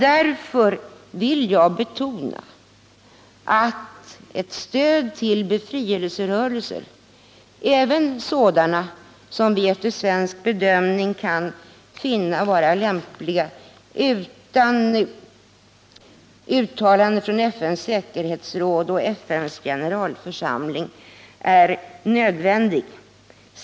Därför vill jag betona att ett stöd till befrielserörelser är nödvändigt, även till sådana som vi efter svensk bedömning kan finna lämpliga utan uttalanden från FN:s säkerhetsråd och FN:s generalförsamling.